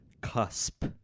cusp